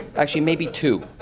actually maybe two.